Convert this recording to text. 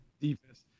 defense